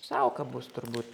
sauka bus turbūt